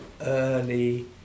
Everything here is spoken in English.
early